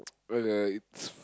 whether it's